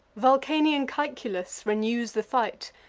vulcanian caeculus renews the fight,